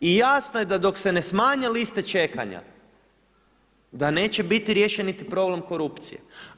I jasno je da dok se ne smanje liste čekanja da neće biti riješen niti problem korupcije.